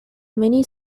many